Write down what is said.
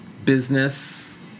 Business